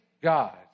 God